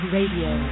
Radio